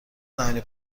زمینی